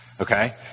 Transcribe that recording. Okay